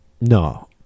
No